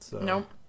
Nope